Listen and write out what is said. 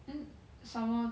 then some more